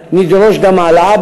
שבו נדרוש גם העלאה.